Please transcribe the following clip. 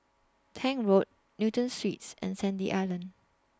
Tank Road Newton Suites and Sandy Island